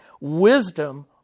wisdom